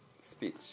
speech